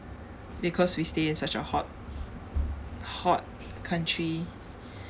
because we stay in such a hot hot country